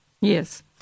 Yes